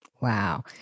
Wow